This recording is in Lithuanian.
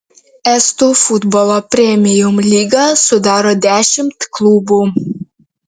estų futbolo premium lygą sudaro dešimt klubų